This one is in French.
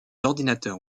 ordinateurs